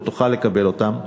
ותוכל לקבל אותן,